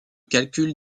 calcul